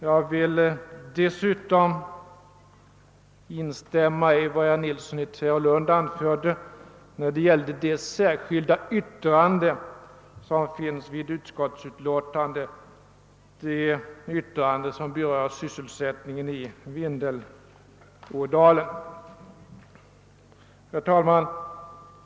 Jag vill dessutom instämma i vad herr Nilsson i Tvärålund anförde när det gällde det särskilda yttrande som finns fogat vid utlåtandet och som berör sysselsättningen i Vindelådalen. Herr talman!